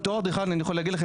אני יכול להגיד לכם,